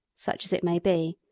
such as it may be.